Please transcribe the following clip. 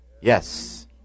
yes